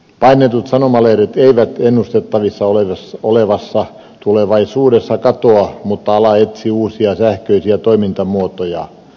painetut sanomalehdet eivät ennustettavissa olevassa tulevaisuudessa katoa mutta ala etsii uusia sähköisiä toimintamuotoja